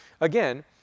Again